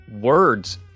words